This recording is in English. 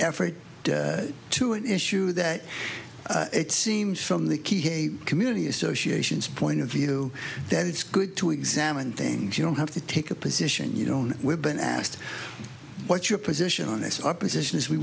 effort to an issue that it seems from the key a community associations point of view that it's good to examine things you don't have to take a position you don't have been asked what your position on this opposition is we